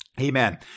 Amen